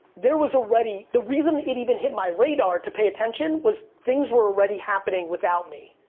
there was already, the reason it even hit my radar to pay attention was things were already happening without me.